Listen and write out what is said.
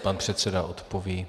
Pan předseda odpoví.